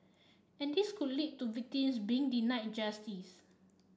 and this could lead to victims being denied justice